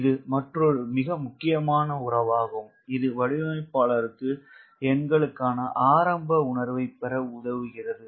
இது மற்றொரு மிக முக்கியமான உறவாகும் இது வடிவமைப்பாளருக்கு எண்களுக்கான ஆரம்ப உணர்வைப் பெற உதவுகிறது